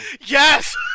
Yes